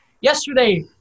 Yesterday